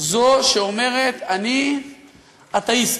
זו שאומרת "אני אתאיסטית":